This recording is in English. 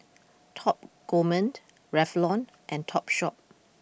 Top Gourmet Revlon and Topshop